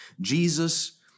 Jesus